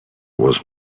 was